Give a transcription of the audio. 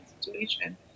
situation